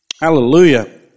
Hallelujah